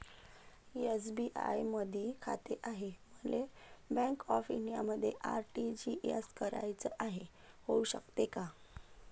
SBI मधी खाते हाय, मले बँक ऑफ इंडियामध्ये आर.टी.जी.एस कराच हाय, होऊ शकते का?